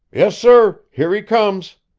yes, sir! here he comes!